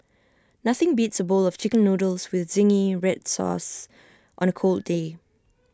nothing beats A bowl of Chicken Noodles with Zingy Red Sauce on A cold day